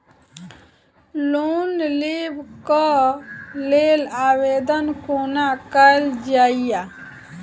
Loan लेबऽ कऽ लेल आवेदन कोना कैल जाइया?